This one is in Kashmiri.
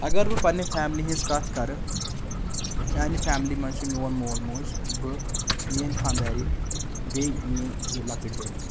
اگر بہٕ پَنٛنہِ فیملی ہِنٛز کَتھ کَرٕ میٛانہِ فیملی منٛز چھُ میون مول موج بہٕ میٲنۍ خاندارٮ۪ن بیٚیہِ میٲنۍ زٕ لَکٕٹۍ بٲے